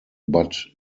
but